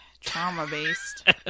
trauma-based